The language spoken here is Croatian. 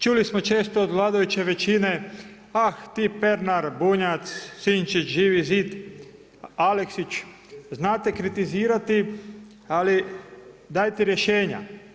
Čuli smo često od vladajuće većine – ah, ti Pernar, Bunjac, Sinčić, Živi zid, Aleksić znate kritizirati ali dajte rješenja.